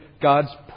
God's